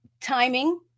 timing